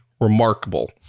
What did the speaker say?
remarkable